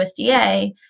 usda